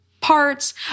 parts